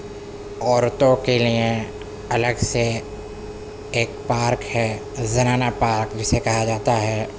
عورتوں کے لیے الگ سے ایک پارک ہے زنانہ پارک جسے کہا جاتا ہے